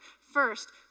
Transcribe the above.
First